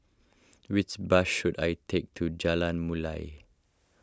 which bus should I take to Jalan Mulia